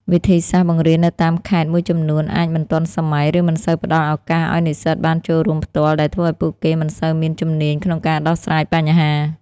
វិធីសាស្រ្តបង្រៀននៅតាមខេត្តមួយចំនួនអាចមិនទាន់សម័យ ឬមិនសូវផ្តល់ឱកាសឲ្យនិស្សិតបានចូលរួមផ្ទាល់ ដែលធ្វើឲ្យពួកគេមិនសូវមានជំនាញក្នុងការដោះស្រាយបញ្ហា។